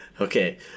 Okay